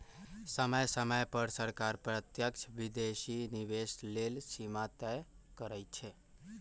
समय समय पर सरकार प्रत्यक्ष विदेशी निवेश लेल सीमा तय करइ छै